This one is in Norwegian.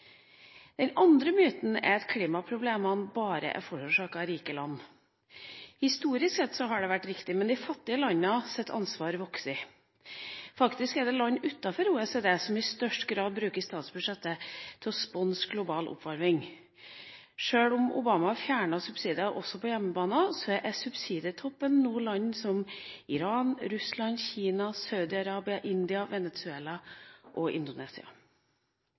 klimaproblemene bare er forårsaket av rike land. Historisk sett har det vært riktig, men de fattige landenes ansvar vokser. Faktisk er det land utenfor OECD som i størst grad bruker statsbudsjettet til å sponse global oppvarming. Sjøl om Obama fjernet subsidier også på hjemmebane, gjelder subsidietoppen nå land som Iran, Russland, Kina, Saudi-Arabia, India, Venezuela og Indonesia.